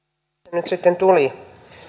nyt sitten tuli